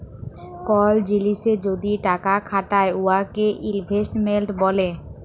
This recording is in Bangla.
কল জিলিসে যদি টাকা খাটায় উয়াকে ইলভেস্টমেল্ট ব্যলে